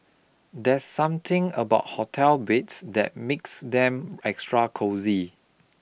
there's something about hotel beds that makes them extra cosy